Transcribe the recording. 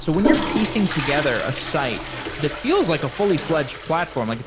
so when you're piecing together a site that feels like a fully-fledged platform. like